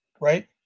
Right